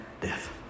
death